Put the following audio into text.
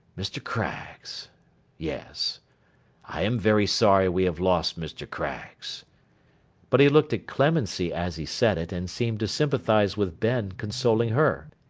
mr. craggs yes i am very sorry we have lost mr. craggs but he looked at clemency as he said it, and seemed to sympathise with ben, consoling her.